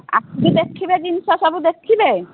ଆସିକି ଦେଖିବେ ଜିନିଷ ସବୁ ଦେଖିବେ